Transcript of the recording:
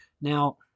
Now